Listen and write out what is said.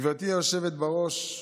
גברתי היושבת בראש,